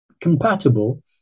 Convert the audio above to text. compatible